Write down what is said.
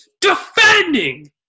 defending